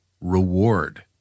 reward